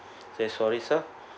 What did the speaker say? say sorry sir